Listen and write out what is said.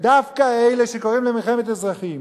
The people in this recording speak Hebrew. ודווקא אלה שקוראים למלחמת אזרחים,